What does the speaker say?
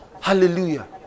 Hallelujah